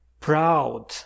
proud